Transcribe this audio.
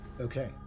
Okay